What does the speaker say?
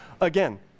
again